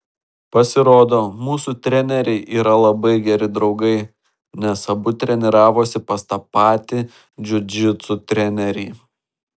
pasirodo mūsų treneriai yra labai geri draugai nes abu treniravosi pas tą patį džiudžitsu trenerį